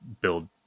build